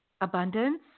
abundance